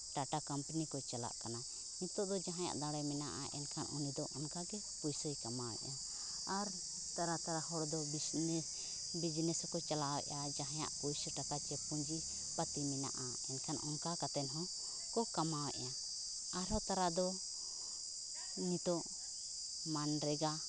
ᱴᱟᱴᱟ ᱠᱳᱢᱯᱟᱱᱤᱠᱚ ᱪᱟᱞᱟᱜ ᱠᱟᱱᱟ ᱱᱤᱛᱚᱜᱫᱚ ᱡᱟᱦᱟᱸᱭᱟᱜ ᱫᱟᱲᱮ ᱢᱮᱱᱟᱜᱼᱟ ᱮᱱᱠᱷᱟᱱ ᱩᱱᱤᱫᱚ ᱚᱱᱠᱟᱜᱮ ᱯᱩᱭᱥᱟᱹᱭ ᱠᱟᱢᱟᱣᱮᱫᱼᱟ ᱟᱨ ᱛᱟᱨᱟᱼᱛᱟᱨᱟ ᱦᱚᱲᱫᱚ ᱵᱤᱡᱽᱱᱮᱥᱦᱚᱸᱠᱚ ᱪᱟᱞᱟᱣᱮᱫᱼᱟ ᱡᱟᱦᱟᱸᱭᱟᱜ ᱯᱚᱭᱥᱟᱼᱴᱟᱠᱟ ᱥᱮ ᱯᱩᱸᱡᱤᱼᱯᱟᱹᱛᱤ ᱢᱮᱱᱟᱜᱼᱟ ᱮᱱᱠᱷᱟᱱ ᱚᱱᱠᱟ ᱠᱟᱛᱮᱫ ᱦᱚᱸᱠᱚ ᱠᱟᱢᱟᱣᱮᱫᱼᱟ ᱟᱨᱦᱚᱸ ᱛᱟᱨᱟᱫᱚ ᱱᱤᱛᱚᱜ ᱢᱟᱱᱰᱨᱮᱜᱟ